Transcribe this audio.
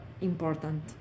important